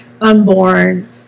unborn